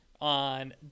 on